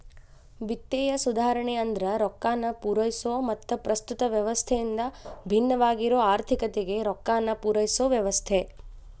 ವಿತ್ತೇಯ ಸುಧಾರಣೆ ಅಂದ್ರ ರೊಕ್ಕಾನ ಪೂರೈಸೊ ಮತ್ತ ಪ್ರಸ್ತುತ ವ್ಯವಸ್ಥೆಯಿಂದ ಭಿನ್ನವಾಗಿರೊ ಆರ್ಥಿಕತೆಗೆ ರೊಕ್ಕಾನ ಪೂರೈಸೊ ವ್ಯವಸ್ಥೆ